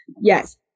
yes